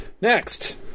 Next